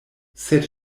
sed